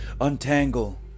untangle